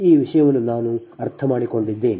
ಈ ವಿಷಯವನ್ನು ನಾನು ಅರ್ಥಮಾಡಿಕೊಂಡಿದ್ದೇನೆ